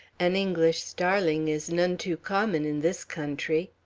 an english starling is none too common in this country.